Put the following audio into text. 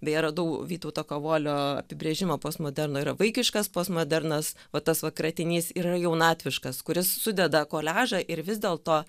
beje radau vytauto kavolio apibrėžimą postmoderno yra vaikiškas postmodernas va tas va kratinys yra jaunatviškas kuris sudeda koliažą ir vis dėlto